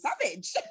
savage